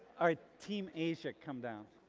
ah team asia come down.